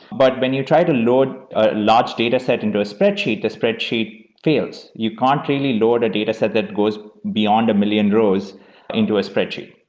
but when you try to load a large dataset into a spreadsheet, the spreadsheet fails. you can't really load a dataset that goes beyond a million rows into a spreadsheet.